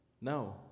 No